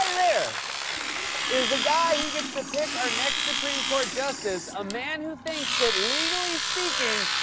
there is the guy who gets to pick our next supreme court justice, a man who thinks that, legally speaking,